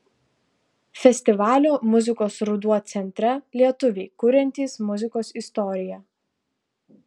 festivalio muzikos ruduo centre lietuviai kuriantys muzikos istoriją